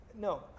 No